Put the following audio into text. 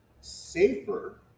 safer